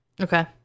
Okay